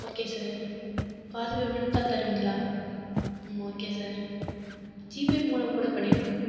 okay sir பாதி payment தான் தருவிங்களா ஓகே சார் ஜிபே மூலம் கூட பண்ணிவிடுங்க